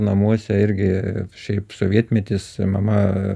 namuose irgi šiaip sovietmetis mama